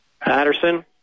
Patterson